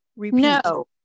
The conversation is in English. No